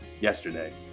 yesterday